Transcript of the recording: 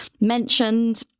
mentioned